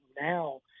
Now